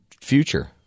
future